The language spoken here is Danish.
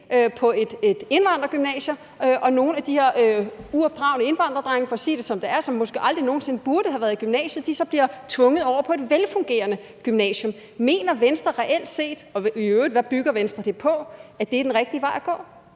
på et indvandrergymnasium, og at nogle af de her uopdragne indvandrerdrenge – for at sige det, som der er – som måske aldrig nogen sinde skulle have været i gymnasiet, så bliver tvunget over på et velfungerende gymnasium. Mener Venstre reelt set, at det er den rigtige vej at gå?